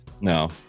no